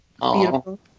Beautiful